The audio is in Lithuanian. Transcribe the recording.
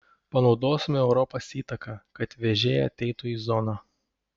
panaudosime europos įtaką kad vėžė ateitų į zoną